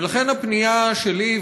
ולכן הפנייה שלי,